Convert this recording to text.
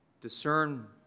discern